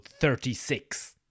36